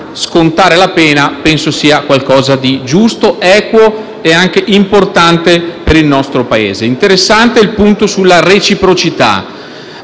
scontare la pena, penso sia qualcosa di giusto, equo e importante per il nostro Paese. È interessante il punto sulla reciprocità.